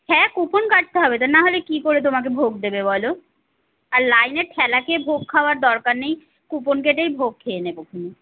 হ্যাঁ কুপন কাটতে হবে তো নাহলে কি করে তোমাকে ভোগ দেবে বলো আর লাইনের ঠেলা খেয়ে ভোগ খাওয়ার দরকার নেই কুপন কেটেই ভোগ খেয়ে নেবো হুম